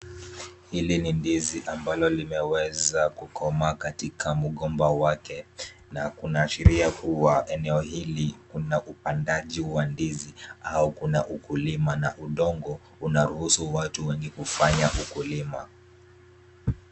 Hili ni ndizi ambalo limeweza kukomaa katika mgomba wake na kuna ashiria kuwa eneo hili kuna upandaji wa ndizi au kuna ukulima na udongo una ruhusu watu wengi kufanya ukulima .